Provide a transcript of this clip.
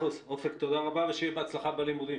שיהיה בהצלחה בלימודים.